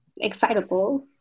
excitable